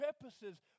purposes